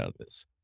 others